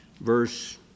verse